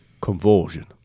convulsion